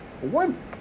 one